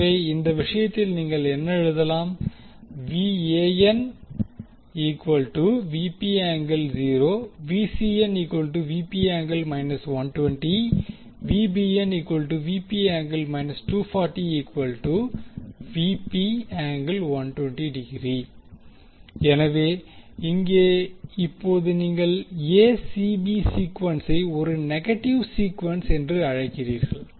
எனவே அந்த விஷயத்தில் நீங்கள் என்ன எழுதலாம் எனவே இங்கே இப்போது நீங்கள் எசிபி சீக்குவென்ஸை ஒரு நெகட்டிவ் சீக்குவென்ஸ் என்று அழைக்கிறீர்கள்